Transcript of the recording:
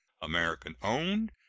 american owned,